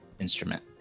instrument